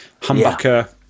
humbucker